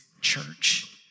church